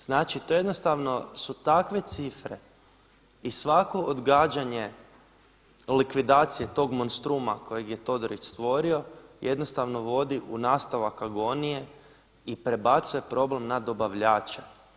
Znači to jednostavno su takve cifre i svako odgađanje likvidacije tog monstruma kojeg je Todorić stvorio jednostavno vodi u nastavak agonije i prebacuje problem na dobavljače.